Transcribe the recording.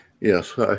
Yes